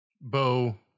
Bo